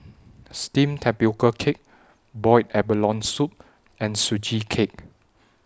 Steamed Tapioca Cake boiled abalone Soup and Sugee Cake